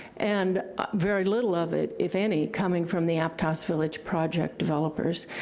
and very little of it, if any, coming from the aptos village project developers.